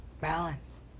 Balance